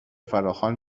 فراخوان